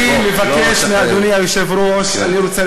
בוא.